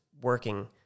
working